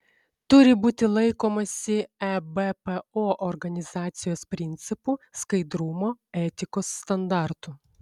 turi būti laikomasi ebpo organizacijos principų skaidrumo etikos standartų